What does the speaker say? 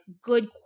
good